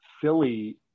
Philly